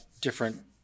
different